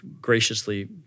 graciously